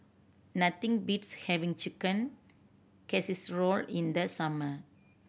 nothing beats having Chicken Casserole in the summer